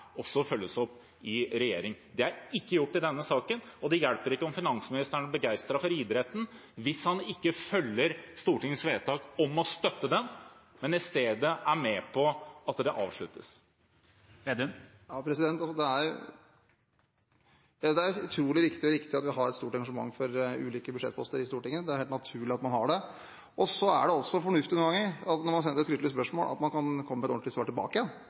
også følges opp i regjering. Det er ikke gjort i denne saken. Det hjelper ikke om finansministeren er begeistret for idretten hvis han ikke følger opp Stortingets vedtak om å støtte det, men i stedet er med på at det avsluttes. Det er utrolig viktig og riktig at vi har et stort engasjement for ulike budsjettposter i Stortinget. Det er helt naturlig at man har det. Så er det også fornuftig noen ganger at når det er sendt inn et skriftlig spørsmål, kan man komme med et ordentlig svar tilbake,